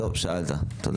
שאלת, תודה.